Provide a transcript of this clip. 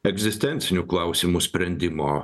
egzistencinių klausimų sprendimo